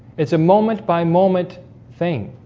it's a moment-by-moment thing